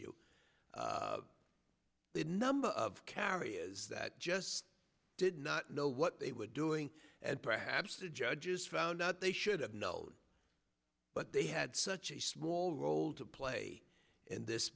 the number of carriers that just did not know what they were doing and perhaps the judges found out they should have no but they had such a small role to play in this